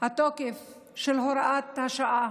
התוקף של הוראת השעה,